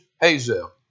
Hazel